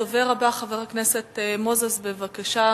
הדובר הבא, חבר הכנסת מנחם אליעזר מוזס, בבקשה.